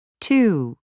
Two